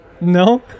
no